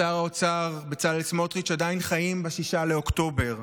האוצר בצלאל סמוטריץ' עדיין חיים ב-6 באוקטובר.